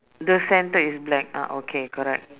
the centre is black ah okay correct